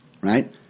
right